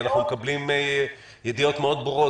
אנחנו מקבלים ידיעות ברורות מאוד,